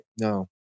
No